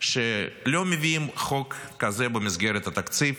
שלא מביאים חוק כזה במסגרת התקציב,